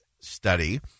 study